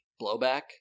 Blowback